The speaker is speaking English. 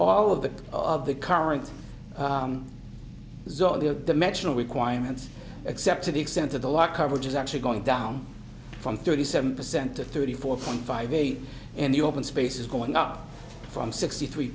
all of the of the current zogby of dimensional requirements except to the extent of the law coverage is actually going down from thirty seven percent to thirty four point five eight in the open space is going up from sixty three